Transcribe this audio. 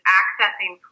accessing